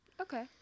Okay